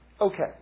Okay